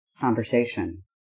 conversation